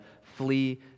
flee